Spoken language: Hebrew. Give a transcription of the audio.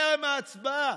טרם ההצבעה.